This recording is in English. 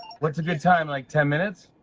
what's a good time, like ten minutes?